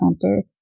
Center